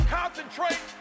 concentrate